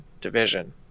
Division